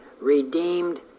redeemed